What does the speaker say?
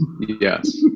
yes